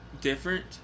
different